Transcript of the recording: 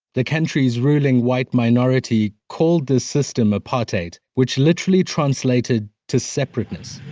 the country's ruling white minority called this system apartheid, which literally translated to separateness.